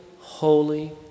holy